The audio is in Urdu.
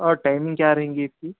اور ٹائمنگ کیا رہیں گی اس کی